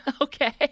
Okay